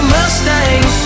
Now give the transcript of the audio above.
Mustang